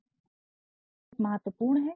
इसलिए रिपोर्ट महत्वपूर्ण है